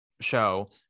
show